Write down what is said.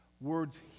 words